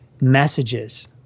messages